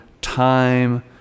time